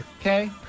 okay